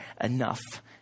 enough